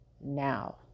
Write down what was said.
now